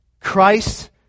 Christ